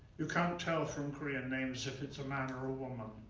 you can't tell from korean names if it's a man or a woman.